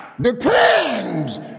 depends